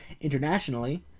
Internationally